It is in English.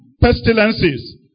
Pestilences